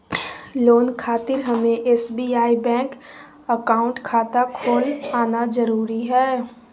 Loan खातिर हमें SBI bank account खाता खोल आना जरूरी है?